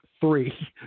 three